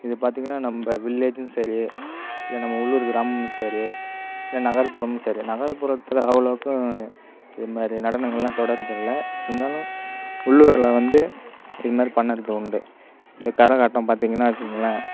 இதை பார்த்தீங்னா நம்ப வில்லேஜூம் சரி இல்லை நம்ம உள்ளூர் கிராமமும் சரி இல்லை நகர்புறமும் சரி நகர்புறத்தில் அவ்வளோக்கும் இதுமாதிரி நடனங்கள்லாம் தொடர்கிறது இல்லை இருந்தாலும் உள்ளூரில் வந்து இதுமாதிரி பண்ணுர்றது உண்டு கரகாட்டம் பார்த்தீங்னா வச்சுக்குங்களேன்